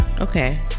Okay